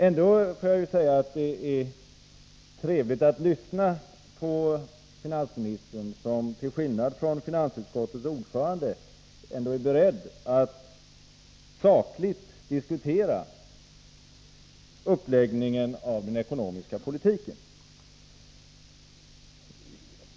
Jag får ändå säga att det är trevligt att lyssna på finansministern, som, till skillnad från finansutskottets ordförande, är beredd att sakligt diskutera uppläggningen av den ekonomiska politiken.